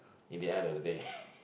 in the end of the day